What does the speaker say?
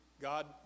God